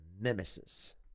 nemesis